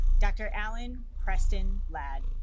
dr. alan preston ladd